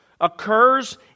occurs